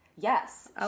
Yes